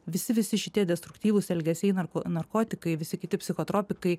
visi visi šitie destruktyvūs elgesiai narko narkotikai visi kiti psichotropikai kai